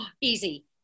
Easy